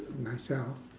myself